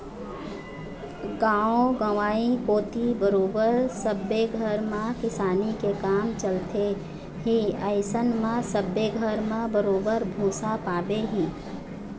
गाँव गंवई कोती बरोबर सब्बे घर म किसानी के काम चलथे ही अइसन म सब्बे घर म बरोबर भुसा पाबे ही